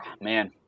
man